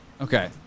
Okay